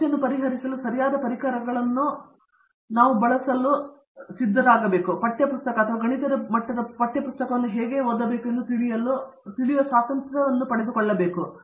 ಸಮಸ್ಯೆಯನ್ನು ಪರಿಹರಿಸಲು ಸರಿಯಾದ ಪರಿಕರಗಳನ್ನು ಕಲಿಯಲು ನಾವು ಪದವೀಧರ ಪಠ್ಯ ಪುಸ್ತಕವನ್ನು ಅಥವಾ ಗಣಿತದ ಮಟ್ಟದ ಪಠ್ಯ ಪುಸ್ತಕವನ್ನು ಹೇಗೆ ಓದಬೇಕು ಎಂದು ತಿಳಿಯಲು ನಾವು ಆ ಸ್ವಾತಂತ್ರ್ಯವನ್ನು ಪಡೆದುಕೊಳ್ಳಬೇಕು